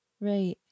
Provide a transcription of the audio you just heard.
Right